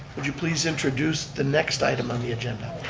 would you please introduce the next item on the agenda.